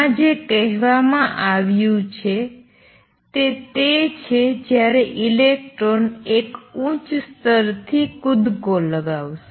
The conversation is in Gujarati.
આમાં જે કહેવામાં આવ્યું છે તે તે છે જ્યારે ઇલેક્ટ્રોન એક ઉચ્ચ સ્તરથી કૂદકો લગાવશે